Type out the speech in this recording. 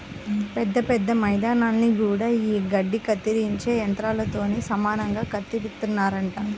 పెద్ద పెద్ద మైదానాల్ని గూడా యీ గడ్డి కత్తిరించే యంత్రాలతోనే సమానంగా కత్తిరిత్తారంట